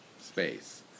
space